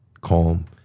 calm